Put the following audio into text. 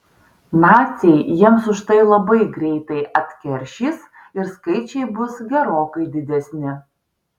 naciai jiems už tai labai greitai atkeršys ir skaičiai bus gerokai didesni